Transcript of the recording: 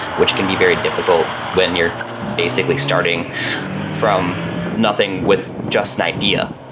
which can be very difficult when you're basically starting from nothing with just an idea,